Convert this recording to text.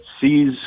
sees